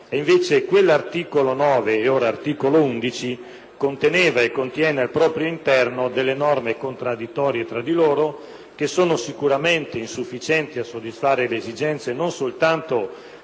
e invece l'articolo conteneva e contiene al proprio interno delle norme contraddittorie tra di loro, che sono sicuramente insufficienti a soddisfare le esigenze non soltanto